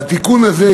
והתיקון הזה,